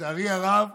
לצערי הרב,